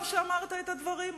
טוב שאמרת את הדברים,